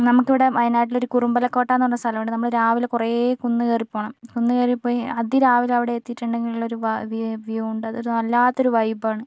നമുക്കിവിടെ വയനാട്ടിലൊരു കുറുമ്പലക്കോട്ടയെന്ന് പറഞ്ഞ സ്ഥലമുണ്ട് നമ്മൾ രാവിലെ കുറേ കുന്ന് കയറിപ്പോണം കുന്ന് കയറിപ്പോയി അതിരാവിലെ അവിടെ എത്തിയിട്ടുണ്ടെങ്കിലുള്ളൊരു വ്യൂ വ്യൂ ഉണ്ട് അതൊരു വല്ലാത്തൊരു വൈബാണ്